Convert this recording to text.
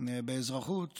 באזרחות